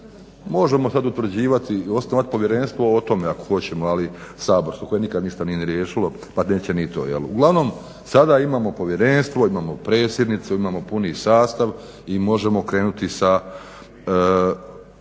Možemo sad utvrđivati … povjerenstvo o tome ako hoćemo ali saborsko koje nikada ništa nije ni riješilo pa neće ni to. Uglavnom sada imamo povjerenstvo, imamo predsjednicu, imamo puni sastav i možemo krenuti sa